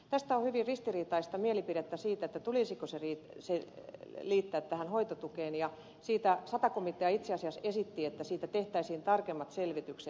tästä on hyvin ristiriitaista mielipidettä tulisiko se liittää tähän hoitotukeen ja siitä sata komitea itse asiassa esitti että siitä tehtäisiin tarkemmat selvitykset